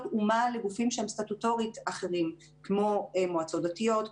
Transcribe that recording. ומה לגופים שהם סטטוטורית אחרים כמו מועצות דתיות,